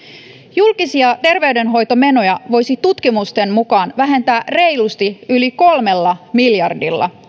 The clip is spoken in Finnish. julkisia terveydenhoitomenoja voisi tutkimusten mukaan vähentää reilusti yli kolmella miljardilla